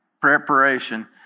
preparation